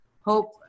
hope